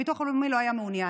הביטוח הלאומי לא היה מעוניין.